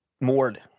moored